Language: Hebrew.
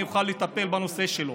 אני אוכל לטפל בנושא שלו.